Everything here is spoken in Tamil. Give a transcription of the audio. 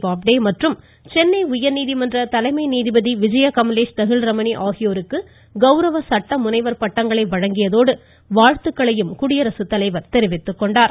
பாப்டே மற்றும் சென்னை உயர்நீதிமன்ற தலைமை நீதிபதி விஜயா கமலேஷ் தஹில் ரமணி வழங்கியதோடு ஆகியோருக்கு கௌரவ சட்ட முனைவர் பட்டங்களை வாழ்த்துக்களையும் குடியரசுத்தலைவர் தெரிவித்துக் கொண்டார்